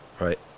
right